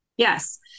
Yes